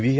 V